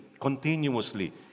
continuously